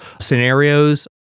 scenarios